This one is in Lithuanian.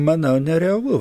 manau nerealu